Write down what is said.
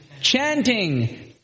chanting